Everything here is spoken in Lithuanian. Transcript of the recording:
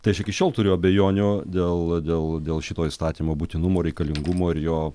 tai aš iki šiol turiu abejonių dėl dėl dėl šito įstatymo būtinumo reikalingumo ir jo